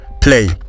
play